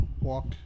walk